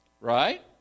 Right